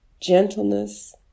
gentleness